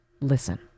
listen